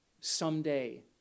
someday